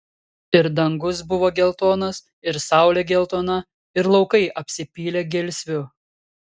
ir dangus buvo geltonas ir saulė geltona ir laukai apsipylė gelsviu